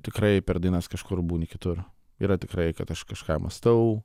tikrai per dainas kažkur būni kitur yra tikrai kad aš kažką mąstau